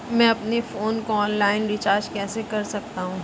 मैं अपने फोन को ऑनलाइन रीचार्ज कैसे कर सकता हूं?